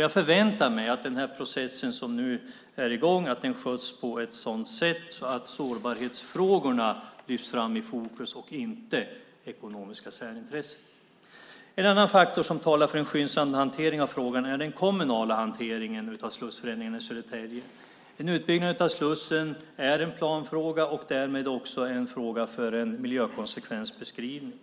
Jag förväntar mig att den process som nu är i gång sköts på ett sådant sätt att sårbarhetsfrågorna sätts i fokus och inte ekonomiska särintressen. En annan faktor som talar för en skyndsam hantering av frågan är den kommunala hanteringen av slussförändringarna i Södertälje. En utbyggnad av slussen är en planfråga och därmed också en fråga för en miljökonsekvensbeskrivning.